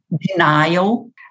denial